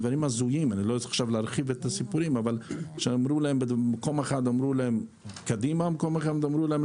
ישנם אנשים שאפילו קיבלו מידע סותר,